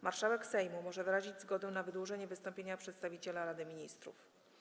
Marszałek Sejmu może wyrazić zgodę na wydłużenie wystąpienia przedstawiciela Rady Ministrów.